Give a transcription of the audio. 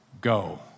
Go